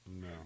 no